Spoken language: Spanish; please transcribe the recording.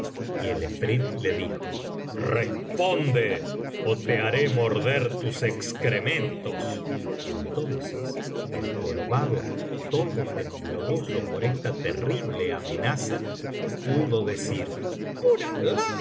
y el efrit le dijo responde ó te haré morder tus excrementos entonces el jorobado todo tembloroso por esta terrible amenaza pudo decir por